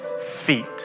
feet